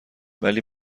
ولی